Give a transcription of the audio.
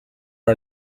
are